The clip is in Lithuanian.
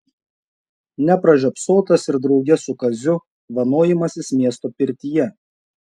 nepražiopsotas ir drauge su kaziu vanojimasis miesto pirtyje